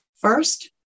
First